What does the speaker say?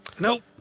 nope